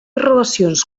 relacions